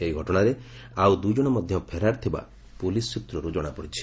ଏହି ଘଟଣାରେ ଆଉ ଦୁଇ ଜଣ ମଧ୍ୟ ଫେରାର ଥିବା ପୁଲିସ୍ ସୂତ୍ରରୁ ଜଣାପଡ଼ିଛି